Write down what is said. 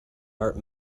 art